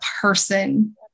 person